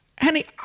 Honey